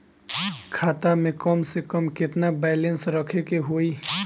खाता में कम से कम केतना बैलेंस रखे के होईं?